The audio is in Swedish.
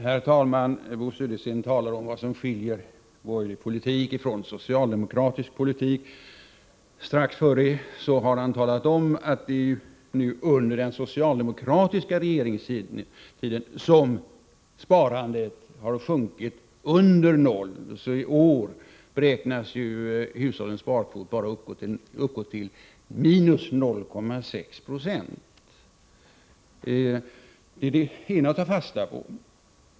Herr talman! Bo Södersten talar om vad som skiljer borgerlig politik från socialdemokratisk politik. Strax dessförinnan har han talat om att det är nu, under den socialdemokratiska regeringstiden, som sparandet har sjunkit under noll. I år beräknas hushållens sparkvot bara uppgå till minus 0,6 96. Det är en sak som man kan ta fasta på.